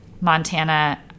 Montana